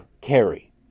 carry